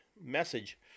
message